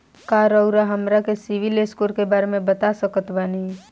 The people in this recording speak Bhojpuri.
का रउआ हमरा के सिबिल स्कोर के बारे में बता सकत बानी?